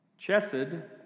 Chesed